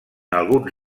alguns